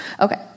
Okay